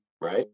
right